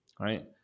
right